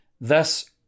thus